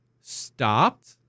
stopped